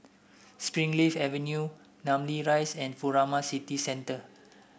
Springleaf Avenue Namly Rise and Furama City Centre